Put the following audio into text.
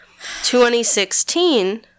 2016